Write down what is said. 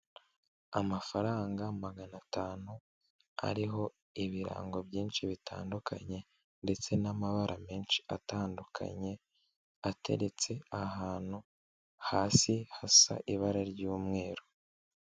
Amafaranga magana atanu ariho ibirango byinshi bitandukanye ndetse n'amabara menshi atandukanye, ateretse ahantu hasi hasa ibara ry'umweru.